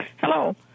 Hello